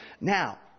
Now